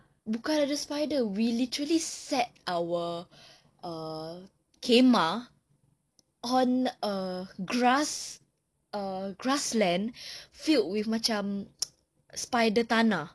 bukan ada spider we literally set our err khemah on a grass a grassland filled with macam spider tanah